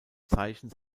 zeichen